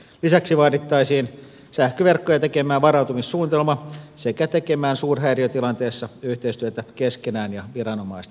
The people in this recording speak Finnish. lisäksi vaadittaisiin sähköverkkoja tekemään varautumissuunnitelma sekä tekemään suurhäiriötilanteessa yhteistyötä keskenään ja viranomaisten kanssa